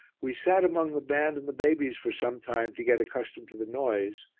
we sat among the band and the babies for some time to get accustomed to the noise,